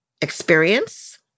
experience